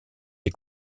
des